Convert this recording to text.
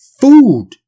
food